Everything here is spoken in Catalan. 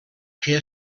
que